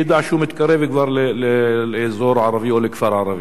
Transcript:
והוא ידע שהוא כבר מתקרב לאזור ערבי או לכפר ערבי.